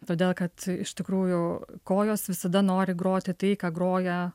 todėl kad iš tikrųjų kojos visada nori groti tai ką groja